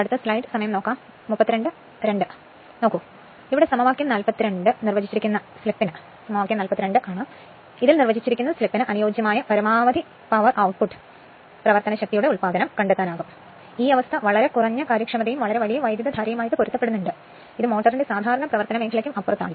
അതിനാൽ സമവാക്യം 42 നിർവചിച്ചിരിക്കുന്ന സ്ലിപ്പിന് അനുയോജ്യമായ പരമാവധി പവർ ഔട്ട്പുട്ട് കണ്ടെത്താനാകും എന്നിരുന്നാലും ഈ അവസ്ഥ വളരെ കുറഞ്ഞ കാര്യക്ഷമതയും വളരെ വലിയ വൈദ്യുതധാരയുമായി പൊരുത്തപ്പെടുന്നു ഇത് മോട്ടോറിന്റെ സാധാരണ പ്രവർത്തന മേഖലയ്ക്ക് അപ്പുറത്താണ്